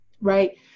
Right